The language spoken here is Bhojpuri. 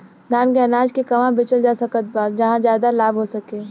धान के अनाज के कहवा बेचल जा सकता जहाँ ज्यादा लाभ हो सके?